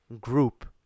group